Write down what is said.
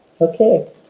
okay